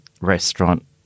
restaurant